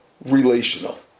relational